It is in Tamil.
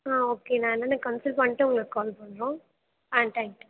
ஆ ஓகே நான் என்னனு கன்சல் பண்ணிட்டு உங்களுக்கு கால் பண்ணுறோம் ஆ தேங்க்யூ